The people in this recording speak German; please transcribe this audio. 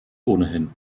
ohnehin